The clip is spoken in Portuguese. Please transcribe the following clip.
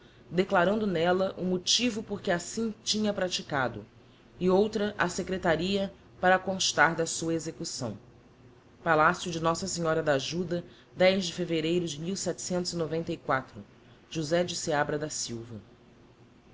declarando n'ella o motivo porque assim tinha praticado e outra á secretaria para constar da sua execução palacio de nossa senhora da ajuda de de fevereiro de josé de seabra da silva